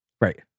Right